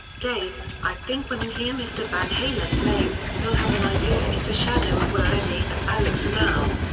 dave i think when you hear mr. van halen playing, you'll have an idea it's a shadow of where eddie and alex are now.